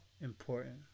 important